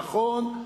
נכון,